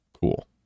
Cool